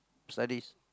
studies